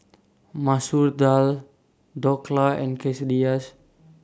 Masoor Dal Dhokla and Quesadillas